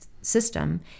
system